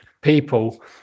people